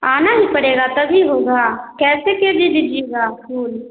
आना ही पड़ेगा तभी होगा कैसे के जी दीजिएगा फूल